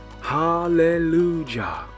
Hallelujah